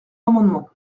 amendement